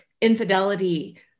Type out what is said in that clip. infidelity